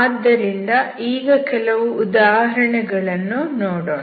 ಆದ್ದರಿಂದ ಈಗ ಕೆಲವು ಉದಾಹರಣೆಗಳನ್ನು ನೋಡೋಣ